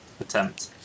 attempt